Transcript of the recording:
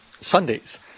Sundays